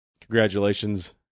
congratulations